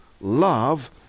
Love